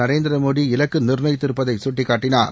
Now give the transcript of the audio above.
நரேந்திர மோடி இலக்கு நிர்ணயித்திருப்பதை சுட்டிக்காட்டினார்